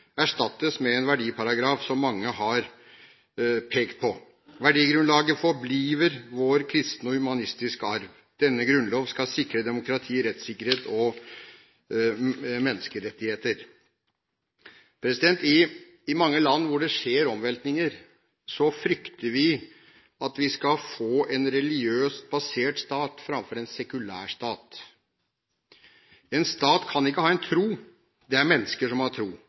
erstattes med en verdiparagraf, som mange har pekt på: «Værdigrunnlaget forbliver vor kristne og humanistiske Arv. Denne Grundlov skal sikre Demokratiet, Retsstaten og Menneskerettighederne.» I mange land der det skjer omveltninger, frykter vi at en skal få en religiøst basert stat framfor en sekulær stat. En stat kan ikke ha en tro, det er mennesker som har tro.